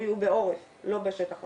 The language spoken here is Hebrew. יהיו בעורף לא בשטח הפתוח.